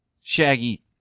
Shaggy